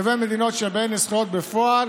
לבין מדינות שבהן יש זכויות בפועל,